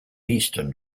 eastern